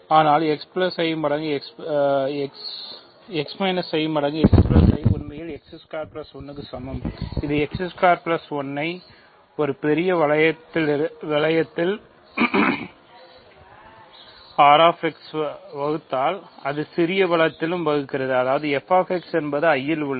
ஆனால் என்பது I இல் உள்ளது